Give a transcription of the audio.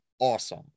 awesome